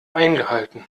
eingehalten